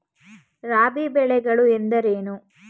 ರಾಬಿ ಬೆಳೆಗಳು ಎಂದರೇನು?